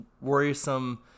worrisome